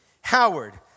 Howard